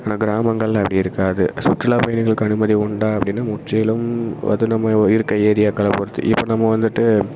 ஆனால் கிராமங்கள்ல அப்படி இருக்காது சுற்றுலா பயணிகளுக்கு அனுமதி உண்டா அப்படின்னா முற்றிலும் அது நம்ம இருக்க ஏரியாக்களைப் பொருத்து இப்போ நம்ம வந்துட்டு